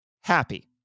happy